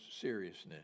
seriousness